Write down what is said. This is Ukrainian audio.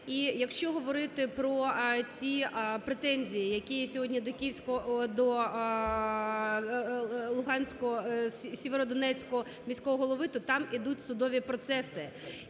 І якщо говорити про ті претензії, які сьогодні до київського… до луганського… Сєвєродонецького міського голови, то там йдуть судові процеси.